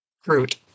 fruit